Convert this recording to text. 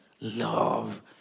love